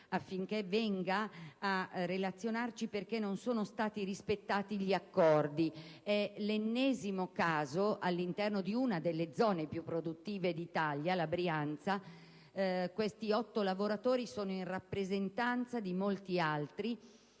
affinché venga a riferirci perché non siano stati rispettati gli accordi. È l'ennesimo caso all'interno di una delle zone più produttive d'Italia, la Brianza. Questi otto lavoratori sono in rappresentanza di molti altri.